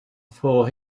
for